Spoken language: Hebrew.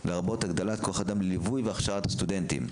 לרבות הגדלת כוח אדם לליווי והכשרת הסטודנטים,